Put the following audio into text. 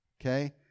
Okay